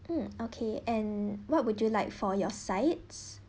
mm okay and what would you like for your sides